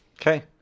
Okay